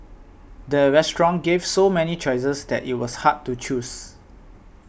the restaurant gave so many choices that it was hard to choose